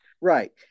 Right